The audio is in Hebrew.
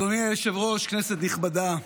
אדוני היושב-ראש, כנסת נכבדה,